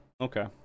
Okay